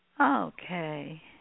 Okay